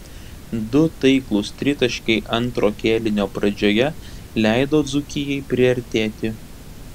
du taiklūs tritaškiai antro kėlinio pradžioje leido dzūkijai priartėti